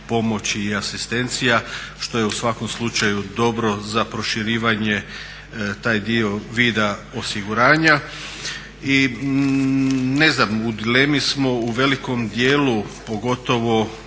i asistencija što je u svakom slučaju dobro za proširivanje taj dio vida osiguranja. I ne znam u dilemi smo u velikom dijelu, pogotovo